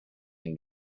can